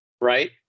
Right